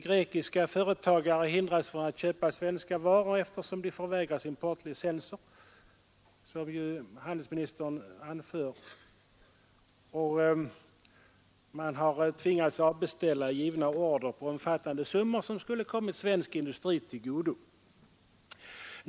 Grekiska företagare hindras från att köpa svenska varor, eftersom de förvägras importlicens, och man har tvingats avbeställa givna order, uppgående till stora summor som skulle ha kunnat komma svensk industri till godo.